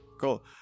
Cool